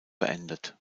beendet